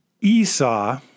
Esau